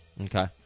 Okay